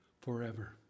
forever